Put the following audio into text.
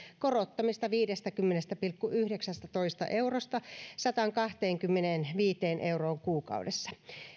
korottamista viidestäkymmenestä pilkku yhdeksästätoista eurosta sataankahteenkymmeneenviiteen euroon kuukaudessa